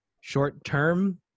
short-term